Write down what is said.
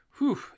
Whew